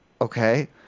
Okay